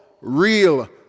real